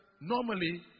normally